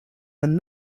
than